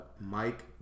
Mike